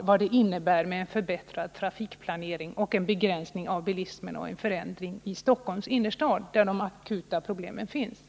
vad en förbättring av trafikplaneringen och en begränsning av bilismen i Stockholms innerstad innebär. Det är ju där de akuta problemen finns.